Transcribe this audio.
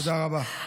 תודה רבה.